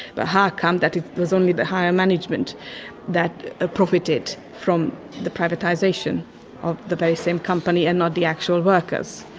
but how come that it was only the higher management that ah profited from the privatisation of the very same company and not the actual workers.